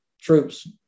troops